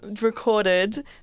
recorded